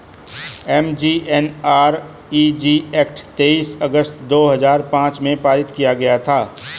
MGNREG act तेईस अगस्त दो हजार पांच में पारित किया गया था